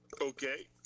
Okay